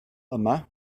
yma